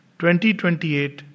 2028